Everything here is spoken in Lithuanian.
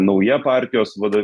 nauja partijos vado